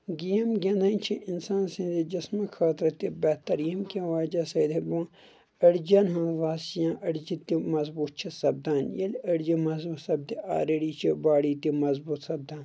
game گِنٛدٕنۍ چھِ انسان سٕنٛدِ جسمہٕ خٲطرٕ تہِ بہتریٖن ییٚمہِ کہِ وجہ سۭتۍ أڈجن ہنٛز وس یا أڈجہِ تہِ مضبوٗط چھِ سپدان ییٚلہِ أڈجہِ مضبوٗط سپدِ آلریڈی چھِ باڈی تہِ مضبوٗط سپدان